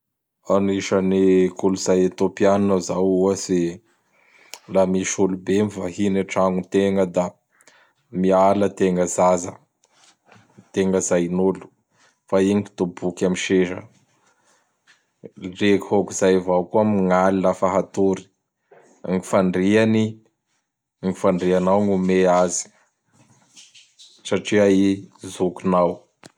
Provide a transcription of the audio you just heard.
Anisan'ny kolotsay Etiopianina zao ohatsy, laha misy olobe mivahiny an-tragnotegna da miala ategna zaza, tegna zain'olo fa i mtoboky am seza. Ndreky hôkizay avao koa n am gn'aly lafa hatory. Gn fandriany, gn fandrianao gn'ome azy satria i zokinao.